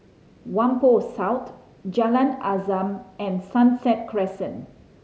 Whampoa South Jalan Azam and Sunset Crescent